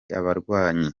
abarwanyi